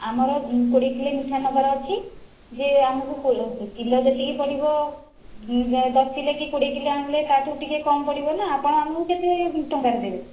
ଆମର କୋଡ଼ିଏ କିଲୋ ମିଠା ନେବାର ଅଛି ଯେ ଆମକୁ କିଲୋ ଯେତିକି ପଡ଼ିବ ରେଟ୍ ଦଶ କିଲୋ କି କୋଡ଼ିଏ କିଲୋ କିଣିଲେ ତା ଠୁ କମ୍ ପଡ଼ିବ ନା ଆପଣ ଆମକୁ କେତେ ଟଙ୍କାରେ ଦେବେ